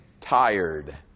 tired